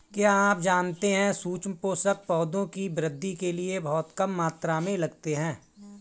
क्या आप जानते है सूक्ष्म पोषक, पौधों की वृद्धि के लिये बहुत कम मात्रा में लगते हैं?